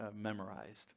memorized